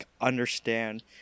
understand